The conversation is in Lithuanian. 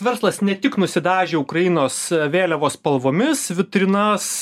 verslas ne tik nusidažė ukrainos vėliavos spalvomis vitrinas